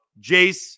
Jace